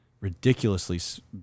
ridiculously